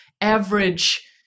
average